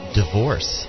divorce